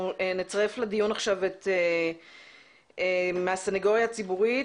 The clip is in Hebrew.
אנחנו נצרף לדיון עכשיו את הסנגוריה הציבורית,